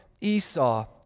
Esau